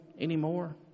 anymore